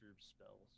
spells